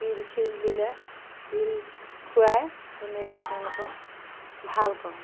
pill চিল দিলে pill খুৱাই তেনেকৈয়ে তেওঁলোকক ভাল কৰোঁ